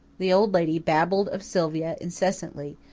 the old lady babbled of sylvia incessantly,